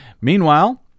Meanwhile